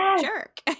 jerk